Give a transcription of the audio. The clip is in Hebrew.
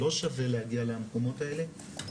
לא שווה להגיע למקומות האלה,